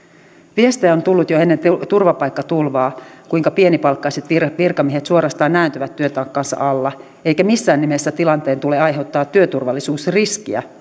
viestejä on tullut jo ennen turvapaikkatulvaa kuinka pienipalkkaiset virkamiehet suorastaan nääntyvät työtaakkansa alla eikä missään nimessä tilanteen tule aiheuttaa työturvallisuusriskiä